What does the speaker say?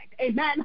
amen